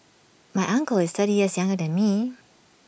my uncle is thirty years younger than me